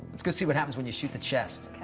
let's go see what happens when you shoot the chest.